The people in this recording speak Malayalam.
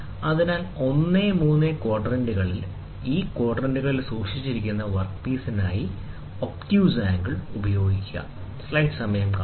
അതിനാൽ 1 3 ക്വാഡ്രന്റുകളിൽ ഈ ക്വാഡ്രന്റുകളിൽ സൂക്ഷിച്ചിരിക്കുന്ന വർക്ക് പീസിനായി ഒബ്റ്യുസ് ആംഗിൾ ഉപയോഗിക്കുക